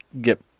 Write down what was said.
Get